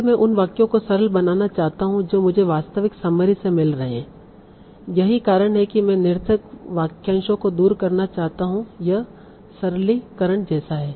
फिर मैं उन वाक्यों को सरल बनाना चाहता हूं जो मुझे वास्तविक समरी से मिल रहे हैं यही कारण है कि मैं निरर्थक वाक्यांशों को दूर करना चाहता हूं यह सरलीकरण जैसा है